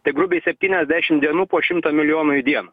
tai grubiai septyniasdešim dienų po šimtą milijonų į dieną